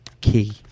key